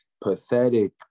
pathetic